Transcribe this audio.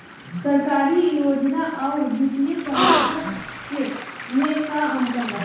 सरकारी योजना आउर वित्तीय सहायता के में का अंतर बा?